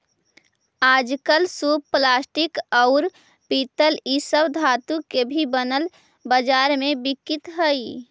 आजकल सूप प्लास्टिक, औउर पीतल इ सब धातु के भी बनल बाजार में बिकित हई